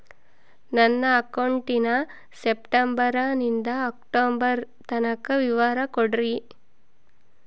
ನನ್ನ ಅಕೌಂಟಿನ ಸೆಪ್ಟೆಂಬರನಿಂದ ಅಕ್ಟೋಬರ್ ತನಕ ವಿವರ ಕೊಡ್ರಿ?